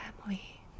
family